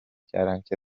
کردندکه